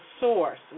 source